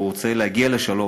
והוא רוצה להגיע לשלום,